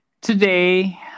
today